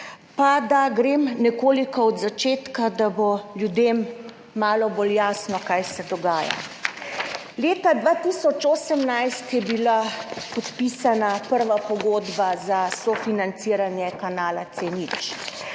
Pa da grem od začetka, da bo ljudem malo bolj jasno, kaj se dogaja. Leta 2018 je bila podpisana prva pogodba za sofinanciranje kanala C0.